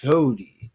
Cody